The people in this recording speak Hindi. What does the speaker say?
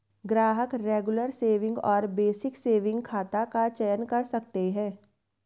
ग्राहक रेगुलर सेविंग और बेसिक सेविंग खाता का चयन कर सकते है